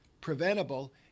preventable